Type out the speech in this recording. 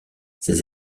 ses